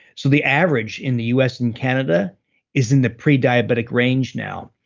so, the average in the us and canada is in the prediabetic range now,